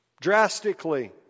drastically